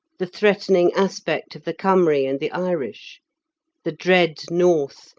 the threatening aspect of the cymry and the irish the dread north,